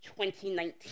2019